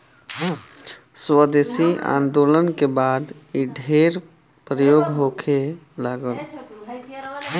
स्वदेशी आन्दोलन के बाद इ ढेर प्रयोग होखे लागल